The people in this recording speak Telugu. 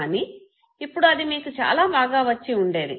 కానీ ఇప్పుడు అది మీకు చాలా బాగా వచ్చివుండేది